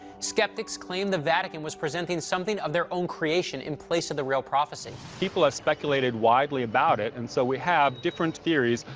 skeptics claim the vatican was presenting something of their own creation in place of the real prophecy. people have speculated widely about it, and so we have different theories.